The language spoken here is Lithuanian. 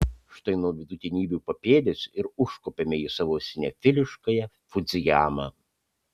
štai nuo vidutinybių papėdės ir užkopėme į savo sinefiliškąją fudzijamą